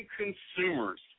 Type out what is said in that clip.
consumers